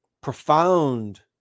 Profound